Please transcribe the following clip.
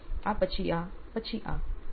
આ પછી આ પછી આ